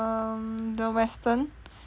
the western